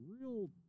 real